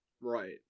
right